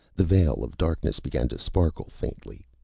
the veil of darkness began to sparkle faintly.